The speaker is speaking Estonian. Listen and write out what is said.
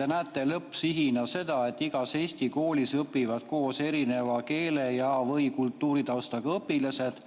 Te näete lõppsihina seda, et igas Eesti koolis õpivad koos erineva keele‑ ja/või kultuuritaustaga õpilased,